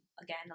Again